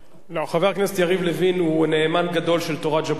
חבר הכנסת יריב לוין הוא נאמן גדול של תורת ז'בוטינסקי.